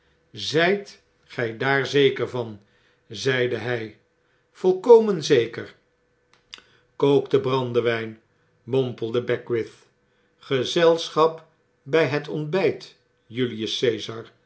zijt ge daar zeker van zeide hij volkomen zeker kook den brandewyn mompelde beckwith gezelschap bij het ontbyt julius